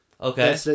Okay